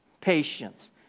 patience